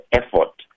effort